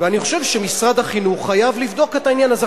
ואני חושב שמשרד החינוך חייב לבדוק את העניין הזה.